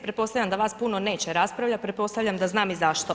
Pretpostavljam da vas puno neće raspravljat, pretpostavljam da znam i zašto.